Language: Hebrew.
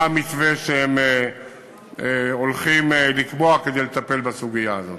המתווה שהם הולכים לקבוע כדי לטפל בסוגיה הזאת.